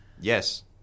Yes